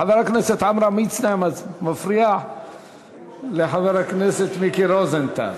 חבר הכנסת עמרם מצנע מפריע לחבר הכנסת רוזנטל.